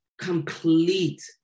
complete